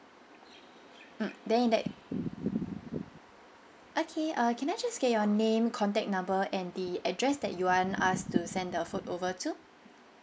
mm then in that okay uh can I just get your name contact number and the address that you want us to send the food over to